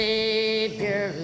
Savior